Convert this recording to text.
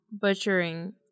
butchering